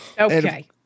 Okay